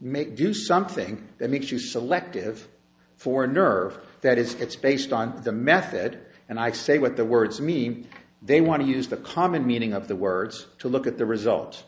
make do something that makes you selective for a nerve that is it's based on the method and i say what the words mean they want to use the common meaning of the words to look at the result